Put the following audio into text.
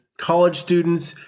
college students,